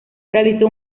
realizó